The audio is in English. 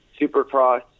supercross